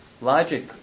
Logic